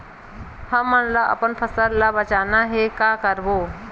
हमन ला अपन फसल ला बचाना हे का करबो?